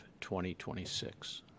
2026